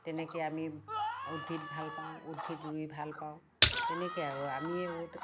তেনেকে আমি উদ্ভিদ ভাল পাওঁ উদ্ভিদ ৰুই ভাল পাওঁ তেনেকৈয়ে আৰু আমি ঔটে